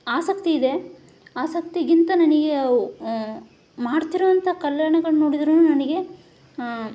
ಆಸಕ್ತಿ ಇದೆ ಆಸಕ್ತಿಗಿಂತ ನನಗೆ ಮಾಡ್ತಿರೋವಂಥ ಕಲ್ಯಾಣಗಳ ನೋಡಿದ್ರೂನು ನನಗೆ